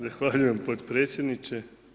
Zahvaljujem potpredsjedniče.